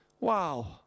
Wow